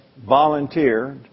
volunteer